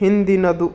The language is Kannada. ಹಿಂದಿನದು